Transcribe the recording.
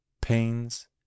pains